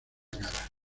cara